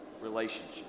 relationship